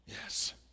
Yes